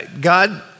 God